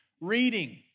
Reading